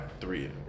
Three